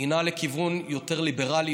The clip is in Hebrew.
נעה לכיוון יותר ליברלי,